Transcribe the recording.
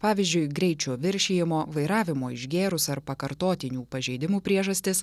pavyzdžiui greičio viršijimo vairavimo išgėrus ar pakartotinių pažeidimų priežastis